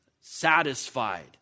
satisfied